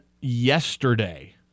yesterday